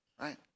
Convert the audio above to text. Right